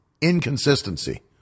Inconsistency